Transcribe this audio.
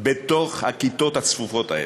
בתוך הכיתות הצפופות האלה.